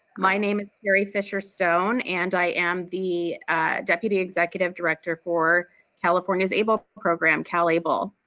my name is carrie fisher stone and i am the deputy executive director for california's able program, calable.